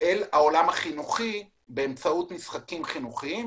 לעולם החינוכי באמצעות משחקים חינוכיים.